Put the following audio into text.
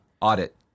Audit